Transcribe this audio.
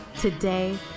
Today